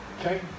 Okay